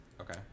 okay